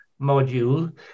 module